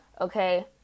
okay